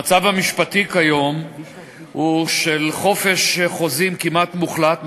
המצב המשפטי כיום הוא של חופש חוזים כמעט מוחלט,